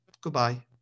Goodbye